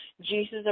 Jesus